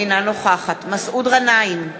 אינה נוכחת מסעוד גנאים,